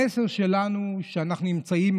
המסר שלנו הוא שאנחנו נמצאים,